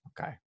okay